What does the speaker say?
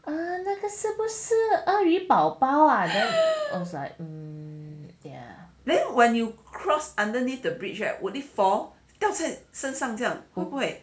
err 那个是不是是鳄鱼宝宝 ah I was like um